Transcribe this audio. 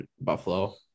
Buffalo